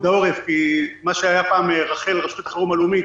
העורף כי מה שהיה פעם רח"ל רשות החירום הלאומית,